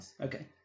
Okay